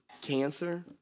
cancer